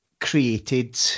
created